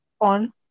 on